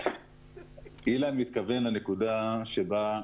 אילן התכוון לנקודה שבה,